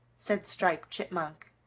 said striped chipmunk.